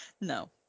No